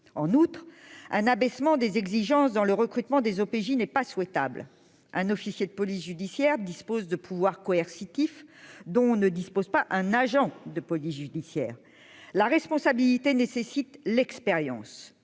en outre un abaissement des exigences dans le recrutement des OPJ n'est pas souhaitable, un officier de police judiciaire dispose de pouvoirs coercitifs dont ne disposent pas un agent de police judiciaire la responsabilité nécessite l'expérience